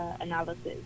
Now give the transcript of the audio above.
analysis